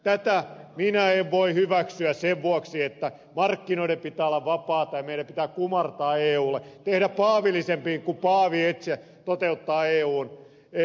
tätä minä en voi hyväksyä sen vuoksi että markkinoiden pitää olla vapaita ja meidän pitää kumartaa eulle tehdä paavillisemmin kuin paavi itse toteuttaa eun direktiivit